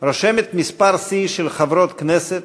רושמת מספר שיא של חברות כנסת,